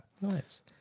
Nice